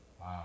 Wow